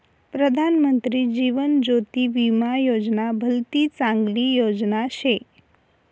प्रधानमंत्री जीवन ज्योती विमा योजना भलती चांगली योजना शे